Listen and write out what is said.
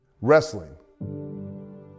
Wrestling